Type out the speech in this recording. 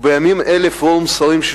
ובימים אלה יש פורום שרים,